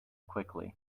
quickly